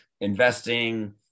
investing